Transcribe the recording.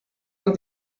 man